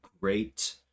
great